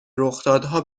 رخدادها